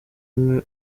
umwe